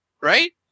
Right